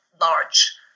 large